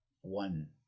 one